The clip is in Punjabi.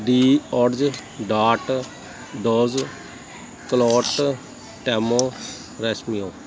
ਡੀ ਓਡਜਿਟ ਡਾਟ ਡੋਜ਼ ਕਲੌਟ ਟੈਮੋ ਰੈਸ਼ਮੀਓਂ